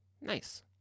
Nice